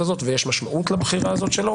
הזאת ויש משמעות לבחירה הזאת שלו.